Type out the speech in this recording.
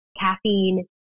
caffeine